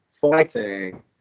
fighting